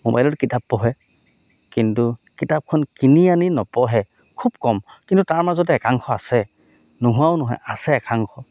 মোবাইলত কিতাপ পঢ়ে কিন্তু কিতাপখন কিনি আনি নপঢ়ে খুব কম কিন্তু তাৰ মাজতে একাংশ আছে নোহোৱাও নহয় আছে একাংশ